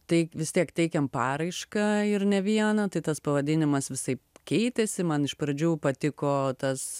tai vis tiek teikėm paraišką ir ne vieną tai tas pavadinimas visaip keitėsi man iš pradžių patiko tas